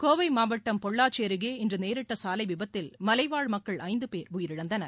கோவை மவாட்டம் பொள்ளாச்சி அருகே இன்று நேரிட்ட சாலை விபத்தில் மலைவாழ் மக்கள் ஐந்து பேர் உயிரிழந்தனர்